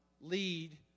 lead